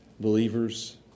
believers